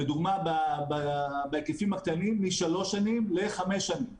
לדוגמה, בהיקפים הקטנים משלוש שנים לחמש שנים